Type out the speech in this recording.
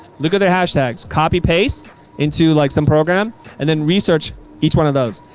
look at the hash tags copy paste into like some program and then research each one of those.